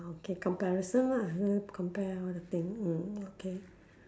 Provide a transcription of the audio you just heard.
ah okay comparison lah compare all the thing mm okay